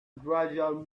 gradual